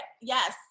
Yes